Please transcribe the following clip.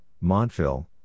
Montville